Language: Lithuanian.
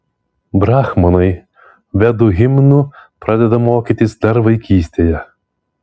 brahmanai vedų himnų pradeda mokytis dar vaikystėje